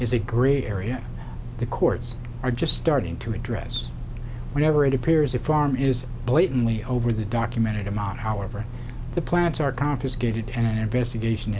is a great area the courts are just starting to address whatever it appears the farm is blatantly over the documented amount however the plants are confiscated and an investigation